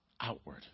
outward